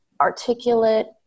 articulate